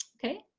okay.